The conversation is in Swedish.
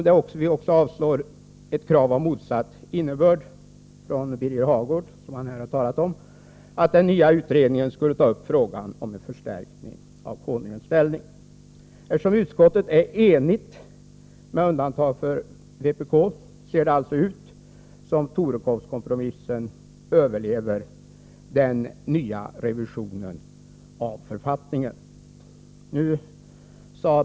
Dessutom avstyrks ett krav av motsatt innebörd från Birger Hagård, som han här har talat om, om att den nya utredningen skall ta upp frågan om en förstärkning av konungens ställning. Eftersom utskottet är enigt, med undantag för vpk, ser det alltså ut som om Torekovskompromissen överlever den nya revisionen av författningen.